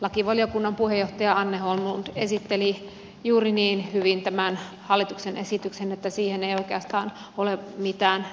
lakivaliokunnan puheenjohtaja anne holmlund esitteli juuri niin hyvin tämän hallituksen esityksen että siihen ei oikeastaan ole mitään lisättävää